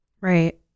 Right